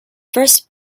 first